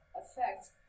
affect